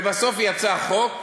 ובסוף יצא החוק,